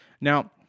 Now